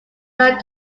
not